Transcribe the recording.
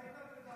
תודה.